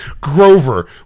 Grover